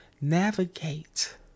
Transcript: navigate